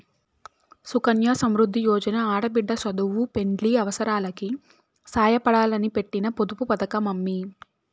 సుకన్య సమృద్ది యోజన ఆడబిడ్డ సదువు, పెండ్లి అవసారాలకి సాయపడాలని పెట్టిన పొదుపు పతకమమ్మీ